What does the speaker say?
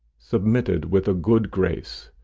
submitted with a good grace,